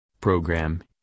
Program